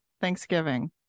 Thanksgiving